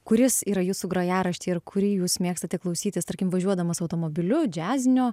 kuris yra jūsų grojarašty ir kurį jūs mėgstate klausytis tarkim važiuodamas automobiliu džiazinio